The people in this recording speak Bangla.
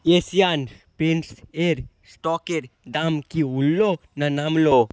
এশিয়ান পেন্টস এর স্টকের দাম কি উঠলো না নামলো